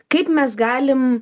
kaip mes galim